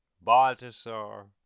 Baltasar